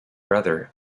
brother